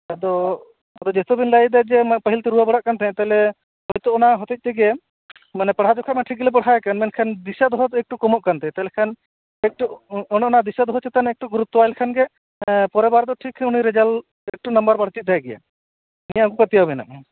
ᱟᱫᱚ ᱟᱫᱚ ᱡᱚᱛᱚ ᱵᱮᱱ ᱞᱟᱹᱭᱮᱫᱟ ᱡᱮ ᱯᱟᱹᱦᱤᱞ ᱛᱮ ᱨᱩᱣᱟᱹ ᱵᱟᱲᱟᱜ ᱠᱟᱱ ᱛᱟᱦᱚᱞᱮ ᱦᱳᱭ ᱛᱚ ᱚᱱᱟ ᱦᱚᱛᱮᱫ ᱛᱮᱜᱮ ᱢᱟᱱᱮ ᱯᱟᱲᱦᱟᱣ ᱡᱚᱠᱷᱚᱱ ᱢᱟ ᱴᱷᱤᱠ ᱜᱮᱞᱮ ᱯᱟᱲᱦᱟᱣ ᱮ ᱠᱟᱱ ᱢᱮᱱᱠᱷᱟᱱ ᱫᱤᱥᱟᱹ ᱫᱚᱦᱚ ᱛᱮ ᱮᱠᱴᱩ ᱠᱚᱢᱚᱜ ᱠᱟᱱ ᱛᱟᱭᱟ ᱛᱟᱦᱚᱞᱮ ᱠᱷᱟᱱ ᱮᱠᱴᱩ ᱚᱱᱮ ᱚᱱᱟ ᱫᱤᱥᱟᱹ ᱫᱚᱦᱚ ᱪᱮᱛᱟᱱ ᱮᱠᱴᱩ ᱜᱩᱨᱩᱛᱛᱚ ᱟᱭ ᱞᱮᱠᱷᱟᱱ ᱜᱮ ᱯᱚᱨᱮ ᱵᱟᱨ ᱫᱚ ᱴᱷᱤᱠ ᱩᱱᱤ ᱨᱮᱡᱟᱞᱴ ᱮᱠᱴᱩ ᱱᱟᱢᱵᱟᱨ ᱵᱟᱹᱲᱛᱤᱜ ᱛᱟᱭ ᱜᱮᱭᱟ ᱤᱧᱟᱹᱜ ᱦᱚᱸ ᱯᱟᱹᱛᱭᱟᱹᱣ ᱢᱮᱱᱟᱜᱼᱟ